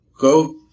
Go